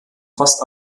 fast